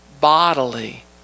bodily